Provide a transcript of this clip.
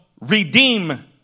redeem